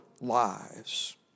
lives